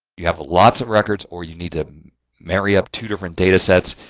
you have lots of records or you need to marry up to different data sets.